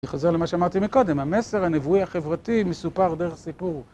אני חוזר למה שאמרתי מקודם, המסר הנבואי החברתי מסופר דרך סיפור.